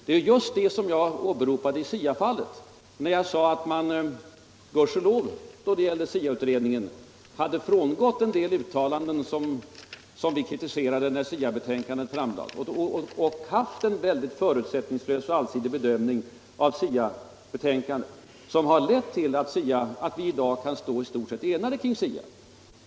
Det är just det som jag åberopade i SIA-fallet, när jag sade att man gudskelov då det gäller SIA utredningen hade frångått en del uttalanden, som vi kritiserade när SIA-betänkandet framlades, och gjort en väldigt förutsättningslös och allsidig bedömning av SIA-betänkandet, som har lett till att vi i dag kan stå i stort sett enade kring SIA.